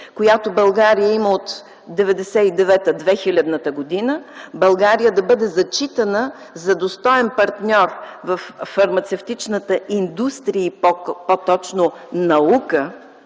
която България има от 1999-2000 г. – България да бъде зачитана за достоен партньор във фармацевтичната индустрия и, по-точно, наука.